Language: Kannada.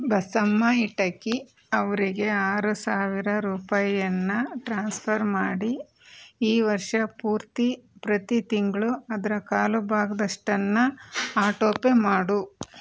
ಬಸಮ್ಮ ಇಟಕಿ ಅವರಿಗೆ ಆರು ಸಾವಿರ ರೂಪಾಯಿಯನ್ನು ಟ್ರಾನ್ಸ್ಫರ್ ಮಾಡಿ ಈ ವರ್ಷ ಪೂರ್ತಿ ಪ್ರತಿ ತಿಂಗಳು ಅದರ ಕಾಲು ಭಾಗದಷ್ಟನ್ನು ಆಟೋ ಪೇ ಮಾಡು